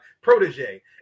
protege